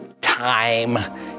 time